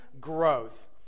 growth